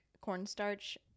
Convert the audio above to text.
cornstarch